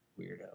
weirdo